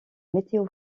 météo